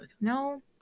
No